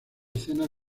escenas